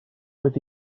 with